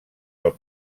del